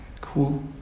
Cool